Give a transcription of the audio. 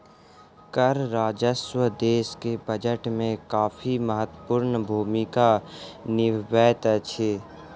कर राजस्व देश के बजट में काफी महत्वपूर्ण भूमिका निभबैत अछि